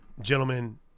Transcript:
Gentlemen